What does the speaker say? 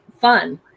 fun